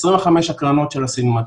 25 הקרנות של הסינמטק,